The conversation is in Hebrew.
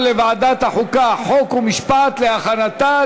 לדיון מוקדם בוועדת החוקה, חוק ומשפט נתקבלה.